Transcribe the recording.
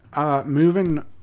moving